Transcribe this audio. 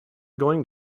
going